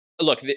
Look